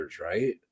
right